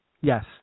Yes